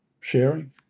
sharing